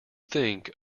think